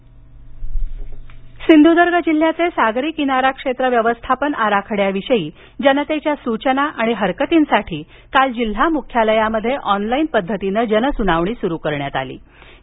सिंधुदुर्ग सिंधुदूर्ग जिल्ह्याचे सागरी किनारा क्षेत्र व्यवस्थापन आराखड्याविषयी जनतेच्या सूचना आणि हरकतींसाठी काल जिल्हा मुख्यालयात ऑनलाईन पद्धतीन जनस्नावणी स्रू करण्यात आली होती